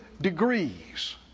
degrees